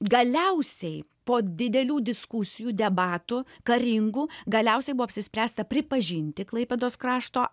galiausiai po didelių diskusijų debatų karingų galiausiai buvo apsispręsta pripažinti klaipėdos krašto